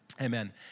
Amen